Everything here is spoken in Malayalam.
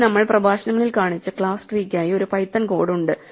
ഇവിടെ നമ്മൾ പ്രഭാഷണങ്ങളിൽ കാണിച്ച ക്ലാസ് ട്രീയ്ക്കായി ഒരു പൈത്തൺ കോഡ് ഉണ്ട്